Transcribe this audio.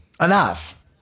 enough